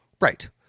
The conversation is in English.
Right